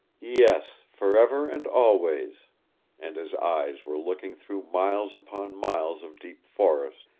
yes, forever and always and his eyes were looking through miles upon miles of deep forest,